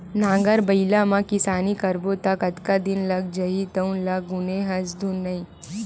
नांगर बइला म किसानी करबो त कतका दिन लाग जही तउनो ल गुने हस धुन नइ